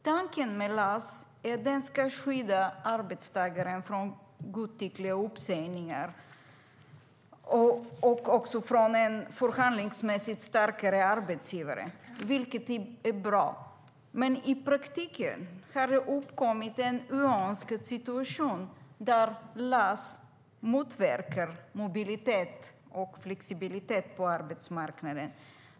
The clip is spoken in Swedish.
Tanken med LAS är att den ska skydda arbetstagaren från godtyckliga uppsägningar och också från en förhandlingsmässigt starkare arbetsgivare, vilket är bra. Men i praktiken har det uppkommit en oönskad situation där LAS motverkar mobilitet och flexibilitet på arbetsmarknaden.